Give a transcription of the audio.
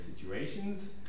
situations